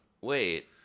wait